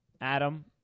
Adam